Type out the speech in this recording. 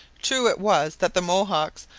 true it was that the mohawks,